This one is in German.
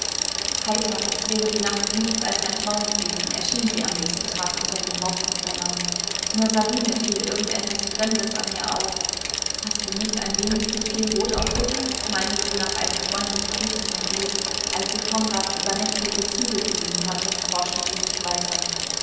heiter als wäre die nacht nichts als ein traum gewesen erschien sie am nächsten tage unter den hausbewohnern nur sabine fiel irgend etwas fremdes an ihr auf hast du nicht ein wenig zu viel rot aufgelegt meinte sie nach einem freundlich prüfenden blick als sie konrads übernächtige züge gesehen hatte forschte sie nicht weiter